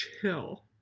chill